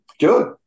good